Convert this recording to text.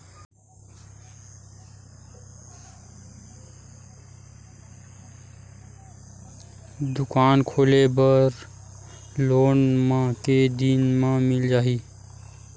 दुकान खोले बर लोन मा के दिन मा मिल जाही?